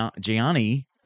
Gianni